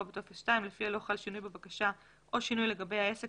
בטופס 2 לפיה לא חל שינוי בבקשה או שינוי לגבי העסק